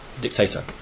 dictator